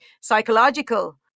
psychological